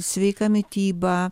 sveika mityba